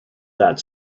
that